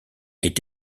est